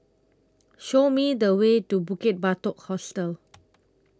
Show Me The Way to Bukit Batok Hostel